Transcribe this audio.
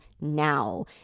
now